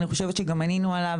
אני חושבת שגם ענינו עליו.